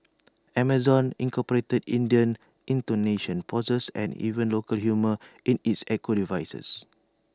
Amazon incorporated Indian intonations pauses and even local humour in its echo devices